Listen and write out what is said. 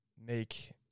make